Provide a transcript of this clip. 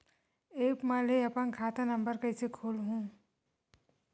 App म ले अपन खाता नम्बर कइसे खोलहु?